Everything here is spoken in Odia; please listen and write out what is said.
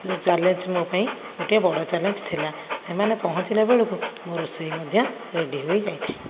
ଚ୍ୟାଲେଞ୍ଜ ମୋ ପାଇଁ ଗୋଟିଏ ବଡ଼ ଚ୍ୟାଲେଞ୍ଜ ଥିଲା ସେମାନେ ପହଞ୍ଚିଲା ବେଳକୁ ମୋ ରୋଷେଇ ମଧ୍ୟ ରେଡ଼ି ହୋଇଯାଇଥାଏ